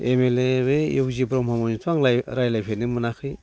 M L A बे इउ जि ब्रह्ममोनजोंथ' आं रायज्लाय फेरनो मोनाखै